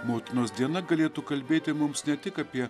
motinos diena galėtų kalbėti mums ne tik apie